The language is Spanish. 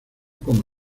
como